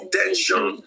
tension